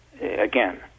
again